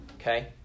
Okay